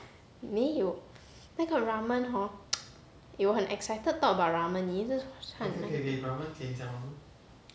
没有那个 ramen hor eh 我很 excited talk about ramen 你一直看